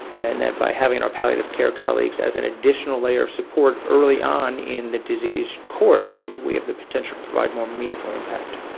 and that by having our palliative care colleagues as an additional layer of support early on in the disease course, we have the potential to provide more meaningful impact.